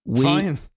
Fine